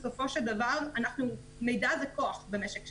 בסופו של דבר מידע זה כוח במשק שלנו,